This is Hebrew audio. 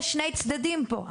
יש שני צדדים פה.